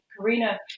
Karina